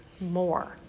more